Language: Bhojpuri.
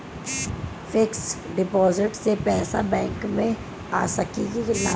फिक्स डिपाँजिट से पैसा बैक मे आ सकी कि ना?